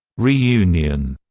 reunion,